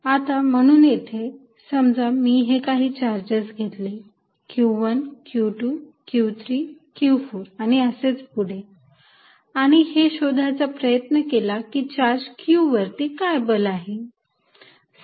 आता म्हणून येथे समजा मी हे काही चार्जेस घेतले Q1 Q2 Q3 Q4 आणि असेच पुढे आणि हे शोधायचा प्रयत्न केला की चार्ज q वरती काय बल आहे